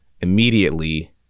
immediately